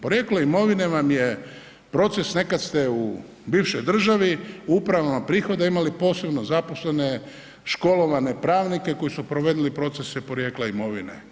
Porijeklo imovine vam je proces, nekad ste u bivšoj državi u upravama prihoda imali posebno zaposlene školovane pravnike koji su provodili procese porijekla imovine.